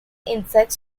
insects